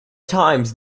times